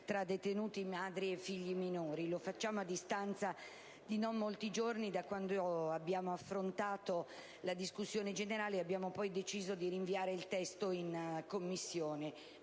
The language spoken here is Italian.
tra detenute madri e figli minori, e lo facciamo a distanza di non molti giorni da quando abbiamo affrontato in quest'Aula la discussione generale ed abbiamo poi deciso di rinviare il testo del disegno